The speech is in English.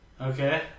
Okay